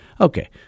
Okay